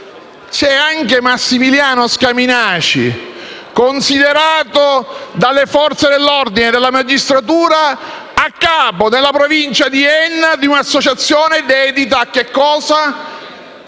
c'è poi Massimiliano Scaminaci, considerato dalle Forze dell'ordine e dalla magistratura a capo nella Provincia di Enna di un'associazione dedita a che cosa?